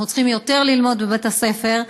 אנחנו צריכים יותר ללמוד בבית הספר,